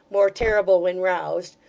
more terrible when roused,